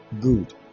Good